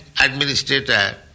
administrator